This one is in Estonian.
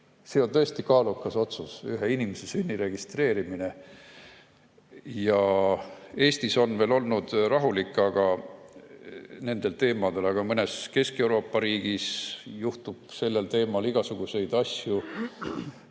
See on tõesti kaalukas otsus, ühe inimese sünni registreerimine. Eestis on veel olnud rahulik nendel teemadel, aga mõnes Kesk-Euroopa riigis juhtub sellel teemal igasuguseid asju,